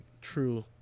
true